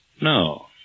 No